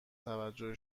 توجه